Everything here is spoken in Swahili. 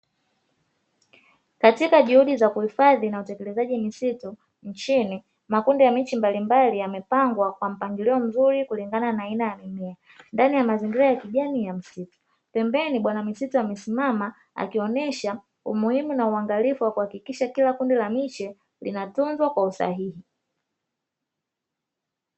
Katika juhudi za kuhifadhi na utekelezaji msitu nchini, makundi ya miche mbalimbali yamepangwa kwa mpangilio mzuri kulingana na aina ya mmea; ndani ya mazingira ya kijani ya msitu. Pembeni bwana misitu amesimama akionyesha umuhimu na uangalifu wa kuhakikisha kila kundi la miche linatunzwa kwa usahihi.